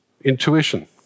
intuition